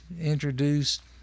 introduced